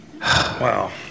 wow